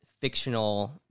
fictional